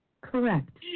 Correct